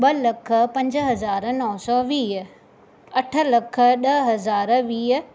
ॿ लख पंज हज़ार नव सौ वीह अठ लख ॾह हज़ार वीह